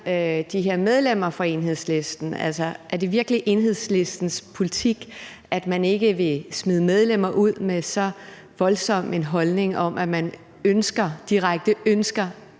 de her medlemmer af Enhedslisten. Er det virkelig Enhedslistens politik, at man ikke vil smide medlemmer ud med så voldsom en holdning om, at man direkte ønsker